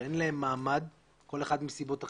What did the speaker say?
שאין להם מעמד, כל אחד מסיבות אחרות,